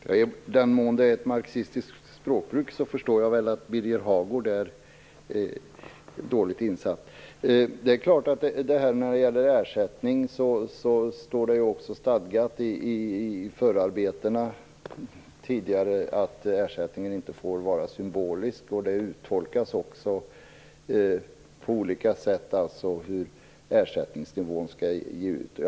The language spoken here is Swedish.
Fru talman! I den mån det är ett marxistiskt språkbruk förstår jag väl att Birger Hagård är dåligt insatt. Det är klart att när det gäller ersättning står det också stadgat i förarbetena tidigare att ersättningen inte får vara symbolisk, och det uttolkas också på olika sätt hur ersättningsnivån skall utgå.